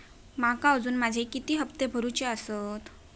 माका अजून माझे किती हप्ते भरूचे आसत?